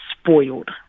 spoiled